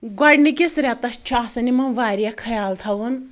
گۄڈٕنِکِس ریٚتَس چھُ آسَن یِمَن واریاہ خیال تھاوُن